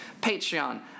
patreon